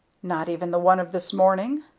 not even the one of this morning?